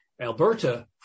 Alberta